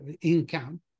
income